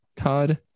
Todd